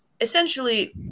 Essentially